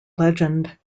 legend